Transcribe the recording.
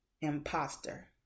imposter